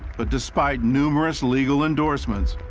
ah despite numerous legal endorsements,